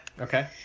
Okay